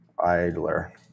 idler